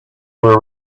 were